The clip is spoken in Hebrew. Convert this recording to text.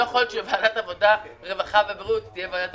לא יכול להיות שוועדת העבודה הרווחה והבריאות תהיה של שלושת